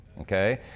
Okay